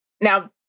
Now